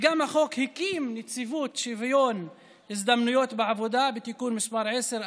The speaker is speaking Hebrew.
והחוק גם הקים את נציבות שוויון ההזדמנויות בעבודה בתיקון מס' 10,